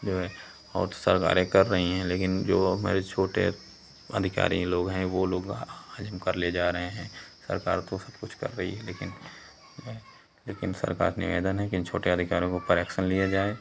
जो है बहुत सरकारें कर रही हैं लेकिन जो हमारे छोटे अधिकारी लोग हैं वे लोग हज़म कर ले जा रहे हैं सरकार तो सब कुछ कर रही है लेकिन लेकिन सरकार निवेदन है कि इन छोटे अधिकारियों के ऊपर एक्सन लिए जाए